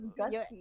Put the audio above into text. gutsy